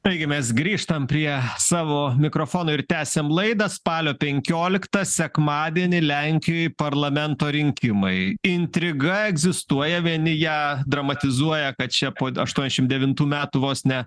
taigi mes grįžtam prie savo mikrofonų ir tęsiam laidą spalio penkioliktą sekmadienį lenkijoj parlamento rinkimai intriga egzistuoja vieni ją dramatizuoja kad čia po aštuoniasdešim devintų metų vos ne